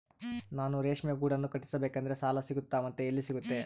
ನಾನು ರೇಷ್ಮೆ ಗೂಡನ್ನು ಕಟ್ಟಿಸ್ಬೇಕಂದ್ರೆ ಸಾಲ ಸಿಗುತ್ತಾ ಮತ್ತೆ ಎಲ್ಲಿ ಸಿಗುತ್ತೆ?